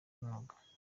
umwuga